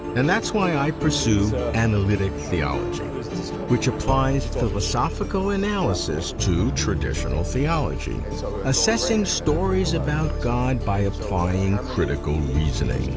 and that's why i pursue analytic theology which applies philosophical analysis to traditional theology, so assessing stories about god by applying critical reasoning.